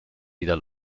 wieder